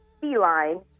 feline